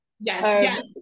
yes